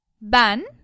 ben